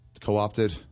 co-opted